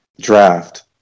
draft